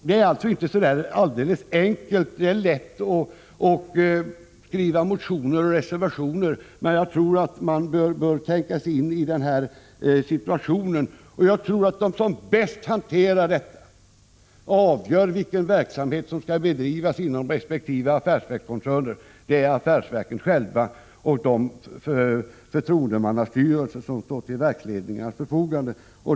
Det är inte så enkelt att skriva motioner och reservationer, men jag tycker att man bör tänka sig in i situationen. Jag tror att de som bäst kan hantera frågan och avgöra vilka verksamheter som skall bedrivas inom resp. affärsverkskoncern är affärsverken själva och de förtroendemannastyrelser som står till verksledningarnas förfogande.